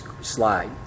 slide